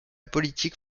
politique